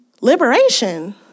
liberation